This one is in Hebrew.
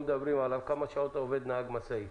מדברים עליו כמה שעות עובד נהג משאית